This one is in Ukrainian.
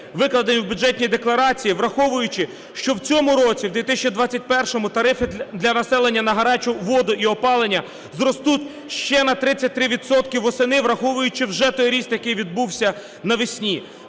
викладені в Бюджетній декларації, враховуючи, що в цьому році, в 2021-му, тарифи для населення на гарячу воду і опалення зростуть ще на 33 відсотки восени, враховуючи вже той ріст, який відбувся навесні.